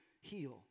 heal